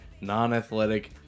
non-athletic